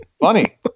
Funny